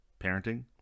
Parenting